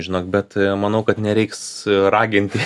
žinok bet manau kad nereiks raginti